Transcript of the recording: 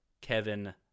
Kevin